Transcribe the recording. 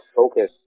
focus